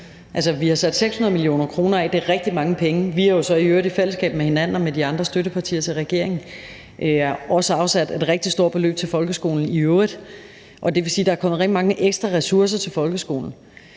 Vi har sat 600 mio. kr. af – det er rigtig mange penge – og vi har jo så i øvrigt i fællesskab med hinanden og med de andre støttepartier til regeringen også afsat et rigtig stort beløb til folkeskolen, og det vil sige, at der er kommet rigtig mange ekstra ressourcer til folkeskolen.